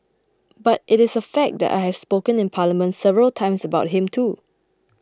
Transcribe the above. but it is a fact that I have spoken in Parliament several times about him too